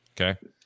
Okay